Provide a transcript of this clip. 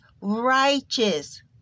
righteous